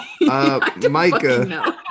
Micah